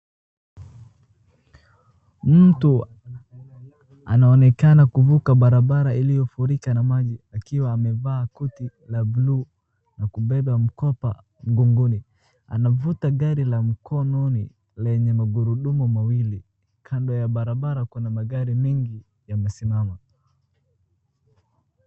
Mtu anaonekana kuvuka barabara iliyofurika na maji akiwa amevaa koti la buluu na kubeba mkoba mgongoni. Anavuta gari la mkononi lenye magurudumu mawili, kando ya barabara kuna magari mengi yamesimama.